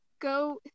go